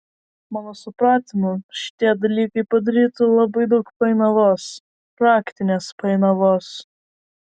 mano supratimu šitie dalykai padarytų labai daug painiavos praktinės painiavos